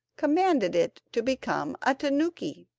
commanded it to become a tanuki.